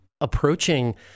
approaching